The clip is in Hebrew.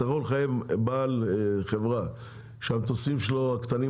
אתה יכול לחייב בעל חברה שהמטוסים הקטנים